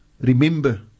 remember